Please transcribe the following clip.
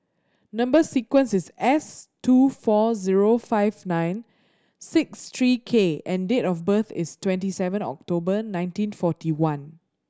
number sequence is S two four zero five nine six three K and date of birth is twenty seven October nineteen forty one